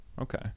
Okay